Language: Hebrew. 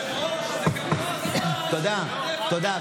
היושב-ראש, זה גם לא הזמן, תודה, תודה.